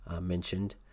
mentioned